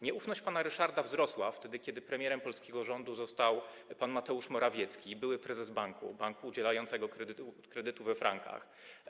Nieufność pana Ryszarda wzrosła, kiedy premierem polskiego rządu został pan Mateusz Morawiecki, były prezes banku udzielającego kredytów we frankach.